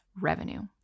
revenue